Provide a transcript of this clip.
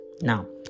Now